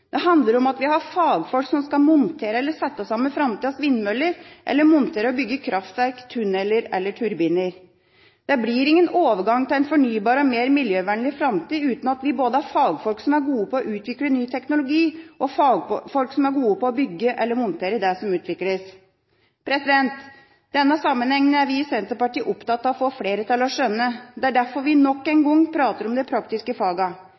Det handler om at vi har fagfolk som skal montere eller sette sammen framtidas vindmøller, eller montere og bygge kraftverk, tuneller og turbiner. Det blir ingen overgang til en fornybar og mer miljøvennlig framtid uten at vi både har fagfolk som er gode på å utvikle ny teknologi, og fagfolk som er gode på å bygge eller montere det som utvikles. Denne sammenhengen er vi i Senterpartiet opptatt av å få flere til å skjønne. Det er derfor vi nok en gang prater om de praktiske fagene. Framtida trenger fagarbeidere, og det